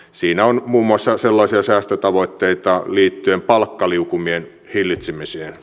siinä on muun muassa säästötavoitteita liittyen palkkaliukumien hillitsemiseen